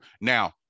Now